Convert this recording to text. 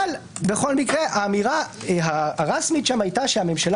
אבל בכל מקרה האמירה הרשמית שם הייתה שהממשלה